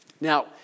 Now